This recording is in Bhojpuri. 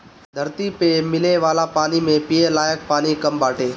धरती पअ मिले वाला पानी में पिये लायक पानी कम बाटे